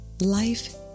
Life